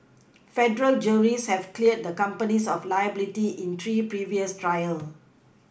federal juries have cleared the companies of liability in three previous trials